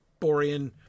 Borean